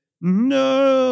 No